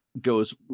goes